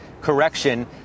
correction